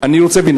אני רוצה להבין,